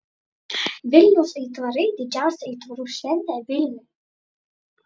vilniaus aitvarai didžiausia aitvarų šventė vilniui